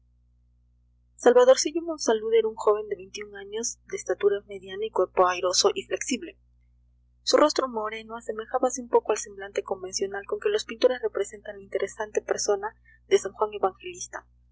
salvadorcillo monsalud era un joven de veintiún años de estatura mediana y cuerpo airoso y flexible su rostro moreno asemejábase un poco al semblante convencional con que los pintores representan la interesante persona de san juan evangelista